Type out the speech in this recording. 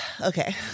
Okay